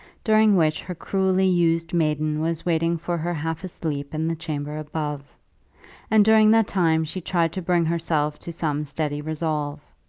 during which her cruelly-used maiden was waiting for her half asleep in the chamber above and during that time she tried to bring herself to some steady resolve.